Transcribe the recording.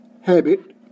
habit